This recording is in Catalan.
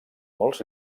molts